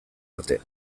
arte